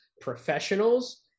professionals